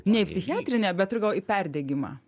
ne į psichiatrinę bet turiu galvoj į perdegimą